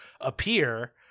appear